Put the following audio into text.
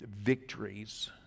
victories